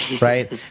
Right